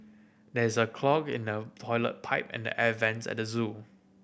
there is a clog in the toilet pipe and the air vents at the zoo